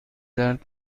درد